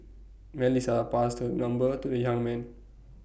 Melissa passed her number to the young man